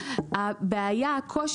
לוועדה.